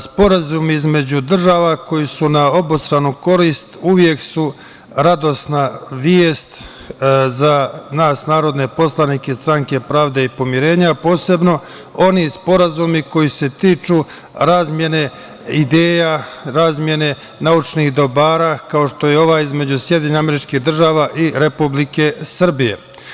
Sporazumi između država koji su na obostranu korist uvek su radosna vest za nas narodne poslanike Stranke pravde i pomirenja, a posebno oni sporazumi koji se tiču razmene ideja, razmene naučnih dobara, kao što je ova između SAD i Republike Srbije.